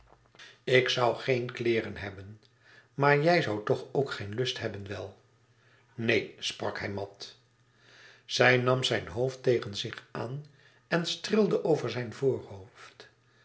ik zoû geen kleêren hebben maar jij zoû toch ook geen lust hebben wel neen sprak hij mat zij nam zijn hoofd tegen zich aan en streelde over zijn voorhoofd